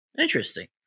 Interesting